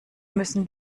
müssen